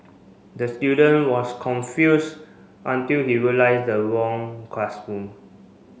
the student was confused until he realised the wrong classroom